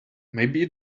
maybe